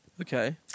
Okay